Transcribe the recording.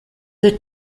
the